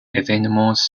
événements